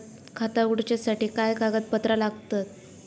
खाता उगडूच्यासाठी काय कागदपत्रा लागतत?